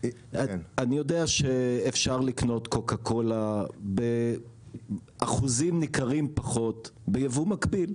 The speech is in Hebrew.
אני יודע שאפשר לקנות קוקה קולה באחוזים ניכרים פחות בייבוא מקביל,